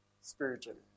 spiritually